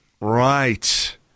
Right